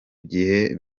gihe